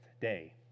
day